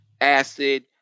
acid